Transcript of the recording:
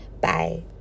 bye